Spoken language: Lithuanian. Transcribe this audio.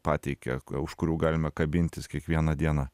pateikė už kurių galime kabintis kiekvieną dieną